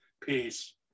Peace